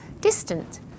distant